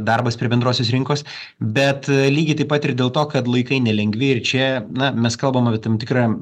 darbas prie bendrosios rinkos bet lygiai taip pat ir dėl to kad laikai nelengvi ir čia na mes kalbam apie tam tikrą